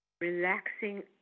relaxing